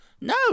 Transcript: No